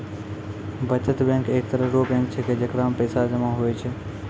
बचत बैंक एक तरह रो बैंक छैकै जेकरा मे पैसा जमा हुवै छै